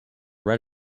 red